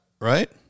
right